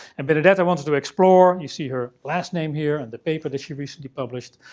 and benedetta wanted to explore. you see her last name, here, on the paper that she recently published.